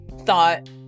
...thought